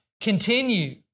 continue